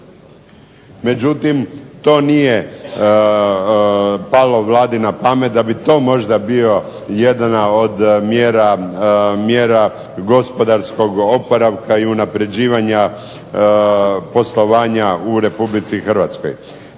Međutim to nije palo Vladi na pamet da bi to možda bio jedna od mjera gospodarskog oporavka i unapređivanja poslovanja u Republici Hrvatskoj.